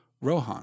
Rohan